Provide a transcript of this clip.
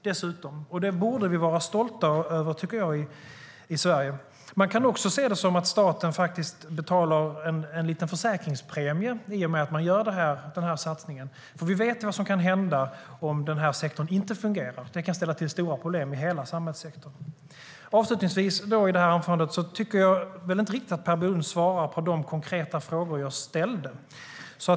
Det borde vi vara stolta över i Sverige.Per Bolund svarade inte riktigt på de konkreta frågor jag ställde.